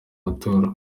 matora